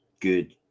good